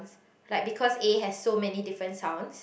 like because A has so many different sounds